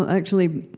actually,